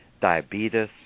diabetes